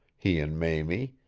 he and mamie,